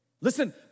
Listen